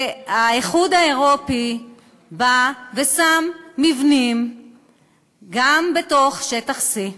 האיחוד האירופי בא ושם מבנים גם בתוך שטח C,